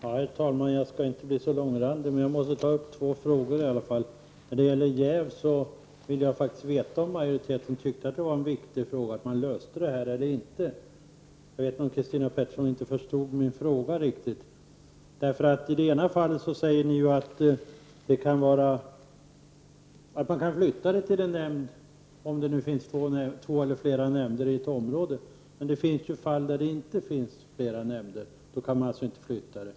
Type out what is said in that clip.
Herr talman! Jag skall inte bli så långrandig, men jag måste i varje fall ta upp två frågor. När det gäller jäv vill jag veta om majoriteten tycker att det är viktigt att man löser det problemet eller inte. Jag vet inte om Christina Pettersson riktigt förstod min fråga. I det ena fallet säger ni att man kan flytta ärendet till en annan nämnd om det finns flera nämnder i ett område. Men det händer ju att det inte finns flera nämnder — då kan man alltså inte flytta det.